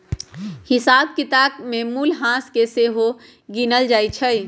हिसाब किताब में मूल्यह्रास के सेहो गिनल जाइ छइ